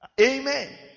amen